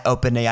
OpenAI